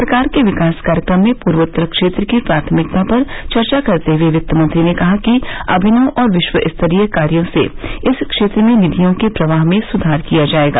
सरकार के विकास कार्यक्रम में पूर्वोत्तर क्षेत्र की प्राथमिकता पर चर्चा करते हए वित्तमंत्री ने कहा कि अभिनव और विश्व स्तरीय कार्यो से इस क्षेत्र में निधियों के प्रवाह में सुधार किया जायेगा